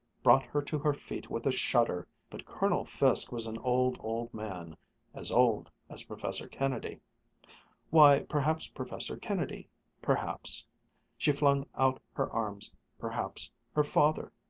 brought her to her feet with a shudder but colonel fiske was an old, old man as old as professor kennedy why, perhaps professor kennedy perhaps she flung out her arms perhaps her father